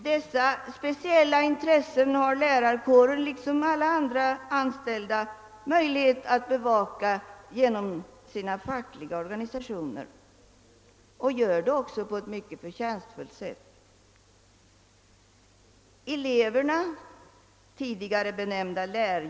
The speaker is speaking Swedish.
Dessa speciella intressen har lärarkåren liksom ala andra anställda möjligheter att bevaka genom sina fackliga organisationer och gör det också på ett mycket förtjänstfullt sätt.